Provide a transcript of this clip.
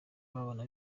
babona